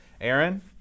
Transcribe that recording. Aaron